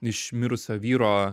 iš mirusio vyro